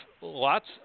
lots